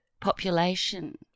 population